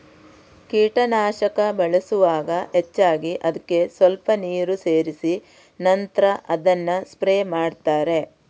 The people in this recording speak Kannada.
ಕೀಟನಾಶಕ ಬಳಸುವಾಗ ಹೆಚ್ಚಾಗಿ ಅದ್ಕೆ ಸ್ವಲ್ಪ ನೀರು ಸೇರಿಸಿ ನಂತ್ರ ಅದನ್ನ ಸ್ಪ್ರೇ ಮಾಡ್ತಾರೆ